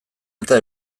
eta